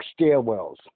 stairwells